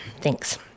Thanks